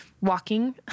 walking